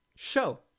show